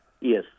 yes